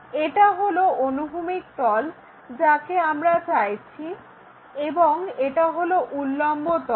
এটা হলো অনুভূমিক তল যাকে আমরা চাইছি এবং এটা হলো উল্লম্ব তল